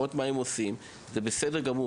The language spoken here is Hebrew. לראות מה הם עושים זה בסדר גמור,